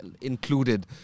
included